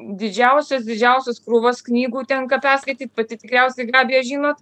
didžiausias didžiausias krūvas knygų tenka perskaityt pati tikriausiai gabija žinot